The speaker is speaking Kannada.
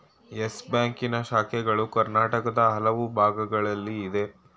ಯಸ್ ಬ್ಯಾಂಕಿನ ಶಾಖೆಗಳು ಕರ್ನಾಟಕದ ಹಲವು ಭಾಗಗಳಲ್ಲಿ ಇದೆ